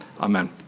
Amen